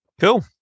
Cool